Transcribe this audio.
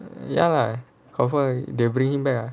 ya lah confirm they will bring him back ah